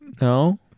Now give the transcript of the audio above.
No